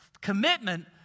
commitment